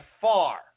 far